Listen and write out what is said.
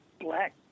black